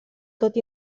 tot